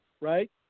right